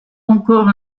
encore